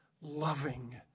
loving